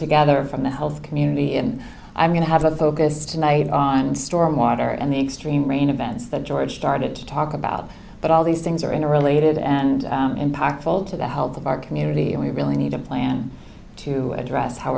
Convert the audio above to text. together from the health community and i'm going to have a focus tonight and stormwater and the extreme rain events that george started to talk about but all these things are interrelated and impactful to the health of our community and we really need a plan to address how